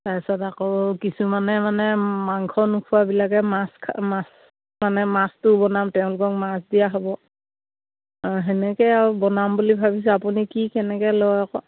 তাৰপিছত আকৌ কিছুমানে মানে মাংস নোখোৱাবিলাকে মাছ মাছ মানে মাছটোও বনাম তেওঁলোকক মাছ দিয়া হ'ব সেনেকে আৰু বনাম বুলি ভাবিছোঁ আপুনি কি কেনেকে লয় আকৌ